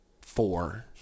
Four